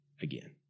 again